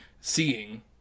seeing